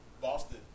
Boston